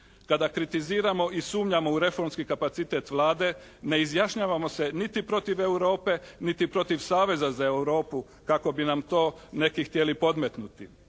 Kada kritiziramo i sumnjamo u reformski kapacitet Vlade ne izjašnjavamo se niti protiv Europe niti protiv saveza za Europu kako bi nam to neki htjeli podmetnuti.